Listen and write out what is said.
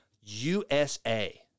USA